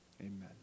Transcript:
Amen